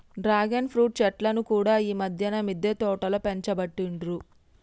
dragon fruit చెట్లను కూడా ఈ మధ్యన మిద్దె తోటలో పెంచబట్టిండ్రు